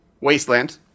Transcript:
Wasteland